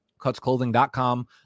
cutsclothing.com